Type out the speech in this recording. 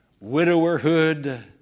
widowerhood